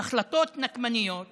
החלטות נקמניות